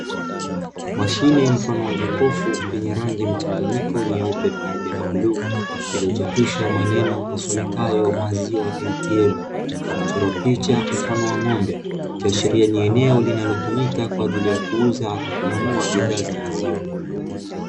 Mashine mfano wa jokufu yenye rangi mchanganyiko nyeupe pamoja na bluu, iliochapishwa maneno yasomekayo "maziwa ATM", na kuchorwa picha mfano wa ng'ombe, ikiashiria ni eneo linalotumika kwa ajili ya kuuza na kununua bidhaa za maziwa.